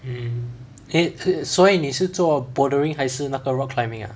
mm eh 所以你是做 bouldering 还是那个 rock climbing